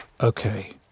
Okay